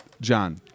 John